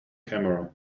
camera